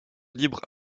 libre